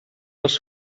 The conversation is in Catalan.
els